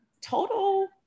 total